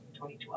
2012